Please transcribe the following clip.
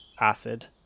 acid